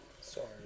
Sorry